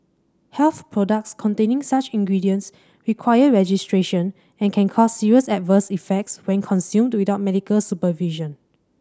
health products containing such ingredients require registration and can cause serious adverse effects when consumed without medical supervision